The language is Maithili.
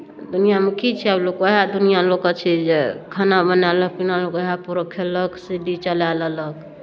दुनिआँमे की छै आब लोकके उएह दुनिआँ लोकके छै जे खाना बनाए लेलक पीना लोक उएह परहक खेलक सी डी चलाए लेलक